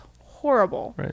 horrible